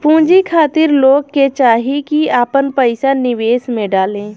पूंजी खातिर लोग के चाही की आपन पईसा निवेश में डाले